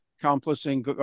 accomplishing